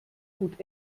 gut